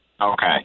Okay